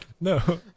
no